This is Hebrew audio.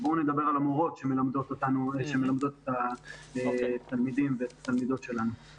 אז בואו נדבר על המורות שמלמדות את התלמידים ואת התלמידות שלנו.